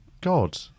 God